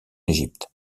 égypte